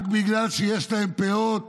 רק בגלל שיש להם פאות.